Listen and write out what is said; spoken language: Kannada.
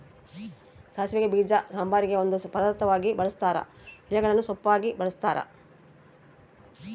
ಸಾಸಿವೆ ಬೀಜ ಸಾಂಬಾರಿಗೆ ಒಂದು ಪದಾರ್ಥವಾಗಿ ಬಳುಸ್ತಾರ ಎಲೆಗಳನ್ನು ಸೊಪ್ಪಾಗಿ ಬಳಸ್ತಾರ